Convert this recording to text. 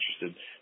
interested